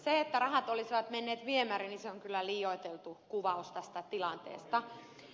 se että rahat olisivat menneet viemäriin on kyllä liioiteltu kuvaus tästä tilanteesta